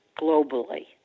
globally